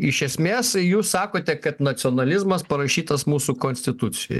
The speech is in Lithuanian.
iš esmės jūs sakote kad nacionalizmas parašytas mūsų konstitucijoj